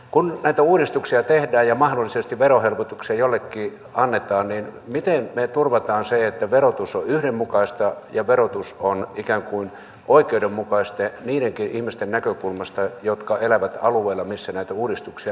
kun näitä uudistuksia tehdään ja mahdollisesti verohelpotuksia joillekin annetaan niin miten me turvaamme sen että verotus on yhdenmukaista ja verotus on ikään kuin oikeudenmukaista niidenkin ihmisten näkökulmasta jotka elävät alueilla missä näitä uudistuksia ei voida tehdä